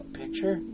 picture